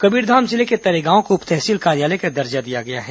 कबीरधाम जिले के तरेगांव को उप तहसील कार्यालय का दर्जा दिया गया है